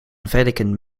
vatican